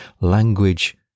language